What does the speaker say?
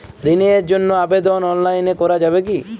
ঋণের জন্য আবেদন অনলাইনে করা যাবে কি?